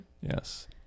Yes